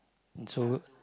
and so